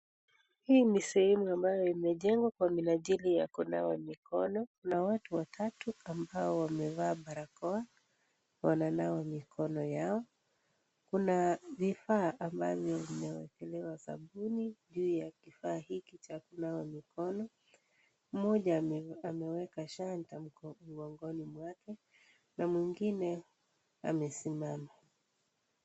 Hii ni sehemu amabyo imejengwa kwa minajili ya kunawa mikono na watu watatu ambao wamevaa barakoa wananawa mikono yao. Kuna vifaa ambavyo vimewekelewa sabuni juu ya kifaa hiki cha kunawa mikono, mmoja ameweka shanga mkogongoni mwake na mwingine amesimama.